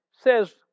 says